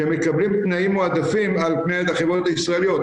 שהם מקבלים תנאים מועדפים על פני החברות הישראליות.